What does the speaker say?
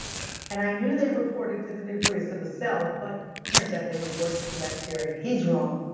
yeah and i knew they reported to the nucleus of the cell but turns out they report to the bacteria. he's wrong.